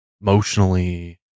emotionally